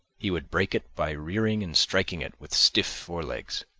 he would break it by rearing and striking it with stiff fore legs.